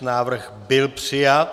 Návrh byl přijat.